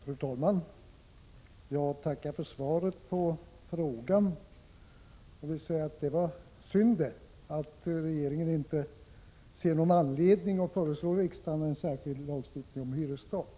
Fru talman! Jag tackar för svaret på frågan. Det var synd att regeringen inte ser någon anledning att föreslå riksdagen en särskild lagstiftning om hyresstopp.